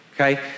Okay